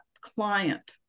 client